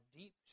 deep